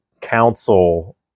council